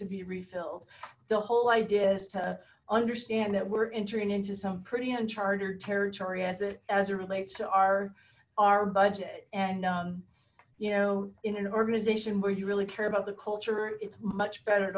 to be refilled the whole idea is to understand that we're entering into some pretty unchartered territory as it relates to our our budget and you know in an organization where you really care about the culture it's much better